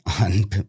on